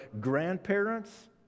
grandparents